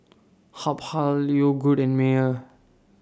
Habhal Yogood and Mayer